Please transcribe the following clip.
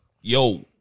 Yo